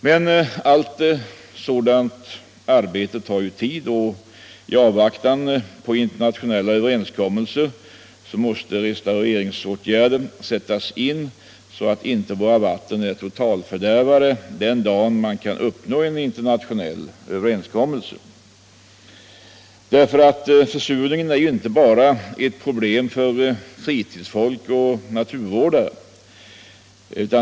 Men allt sådant arbete tar tid, och i avvaktan på internationella överenskommelser måste restaureringsåtgärder sättas in, så att inte våra vatten är totalfördärvade den dagen en internationell överenskommelse kan uppnås. Försurningen är inte bara ett problem för fritidsfolk och naturvårdare.